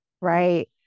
right